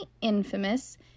infamous